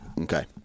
okay